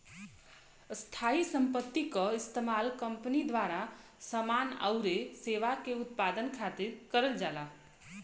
स्थायी संपत्ति क इस्तेमाल कंपनी द्वारा समान आउर सेवा के उत्पादन खातिर करल जाला